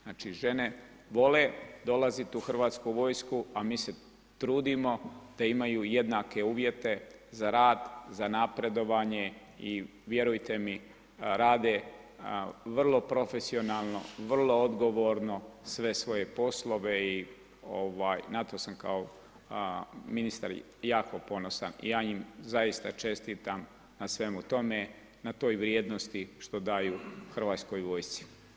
Znači žene vole dolazit u Hrvatsku vojsku, a mi se trudimo da imaju jednake uvjete za rad, za napredovanje i vjerujte mi rade vrlo profesionalno, vrlo odgovorno sve svoje poslove i na to sam kao ministar jako ponosan i ja im zaista čestitam na svemu tome, na toj vrijednosti što daju Hrvatskoj vojsci.